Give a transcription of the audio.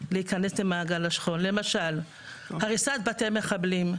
מכניסה למעגל השכול, למשל הריסת בתי מחבלים,